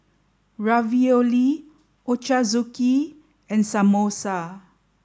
Ravioli Ochazuke and Samosa